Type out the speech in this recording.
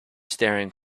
staring